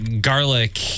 garlic